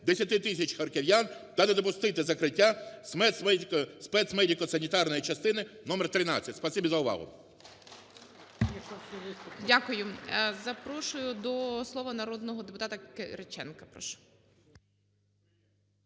тисяч харків'ян та не допустити закриттяспецмедико-санітарної частини № 13. Спасибі за увагу. ГОЛОВУЮЧИЙ. Дякую. Запрошую до слова народного депутата Кириченка,